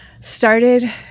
started